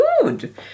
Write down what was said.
good